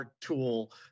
tool